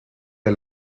del